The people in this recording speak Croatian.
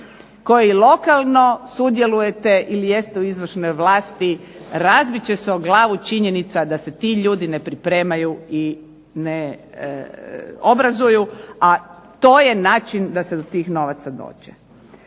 koji lokalno sudjelujete ili jeste u izvršnoj vlasti razbit će se o glavu činjenica da se ti ljudi ne pripremaju i ne obrazuju, a to je način da se do tih novaca dođe.